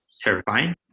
terrifying